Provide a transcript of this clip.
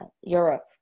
Europe